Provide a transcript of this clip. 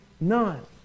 None